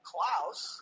Klaus